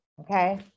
okay